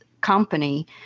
company